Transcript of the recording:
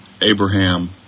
Abraham